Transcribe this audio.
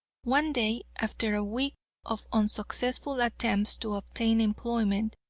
one day, after a week of unsuccessful attempts to obtain employment,